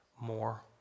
more